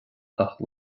ach